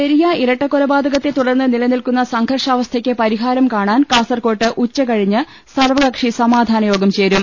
പെരിയ ഇരട്ട കൊലപാതകത്തെ തുടർന്ന് നില നിൽക്കുന്ന സംഘർഷാവസ്ഥക്ക് പരിഹാരം കാണാൻ കാസർകോട്ട് ഉച്ച കഴിഞ്ഞ് സർവകക്ഷി സമാധാന യോഗം ചേരും